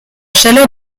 chaleur